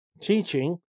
teaching